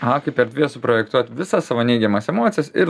aha kaip erdvė suprojektuot visas savo neigiamas emocijas ir